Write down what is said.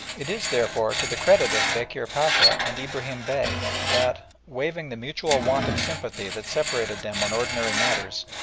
it is, therefore, to the credit of bekir pacha and ibrahim bey that, waiving the mutual want of sympathy that separated them on ordinary matters,